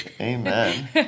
Amen